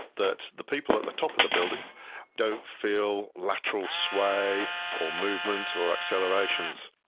that the people at the top of the building don't feel lateral sway or movement or accelerations.